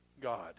God